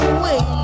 away